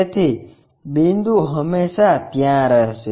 તેથી બિંદુ હંમેશા ત્યાં રહેશે